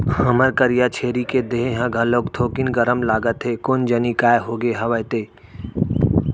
हमर करिया छेरी के देहे ह घलोक थोकिन गरम लागत हे कोन जनी काय होगे हवय ते?